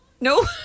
No